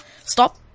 Stop